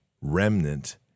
remnant